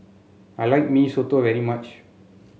I like Mee Soto very much